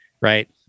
right